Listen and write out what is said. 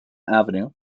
avenue